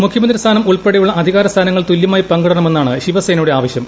മുഖ്യമന്ത്രി സ്ഥാനം ഉൾപ്പെടെയുള്ള അധികാര സ്ഥാനങ്ങൾ തുല്യമായി പങ്കിടണമെന്നാണ് ശിവസേനയുടെ ആവശ്യം